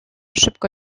szybko